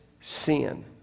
sin